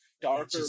darker